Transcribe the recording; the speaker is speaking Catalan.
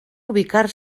ubicar